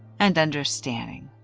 and understanding.